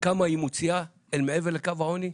וכמה היא מוציאה אל מעבר לקו העוני?